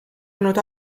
olnud